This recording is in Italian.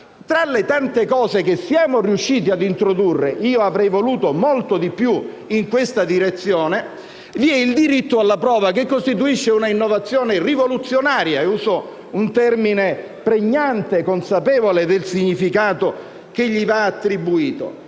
Tra le tante cose che siamo riusciti ad introdurre - io avrei voluto molto di più in questa direzione - vi è il diritto alla prova, che costituisce un'innovazione del tutto rivoluzionaria - uso un termine pregnante, consapevole del significato che gli va attribuito